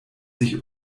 sich